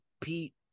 Pete